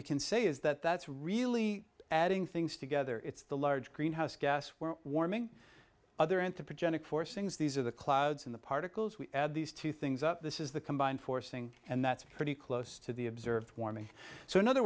we can say is that that's really adding things together it's the large greenhouse gas we're warming other anthropogenic forcings these are the clouds and the particles we add these two things up this is the combined forcing and that's pretty close to the observed warming so in other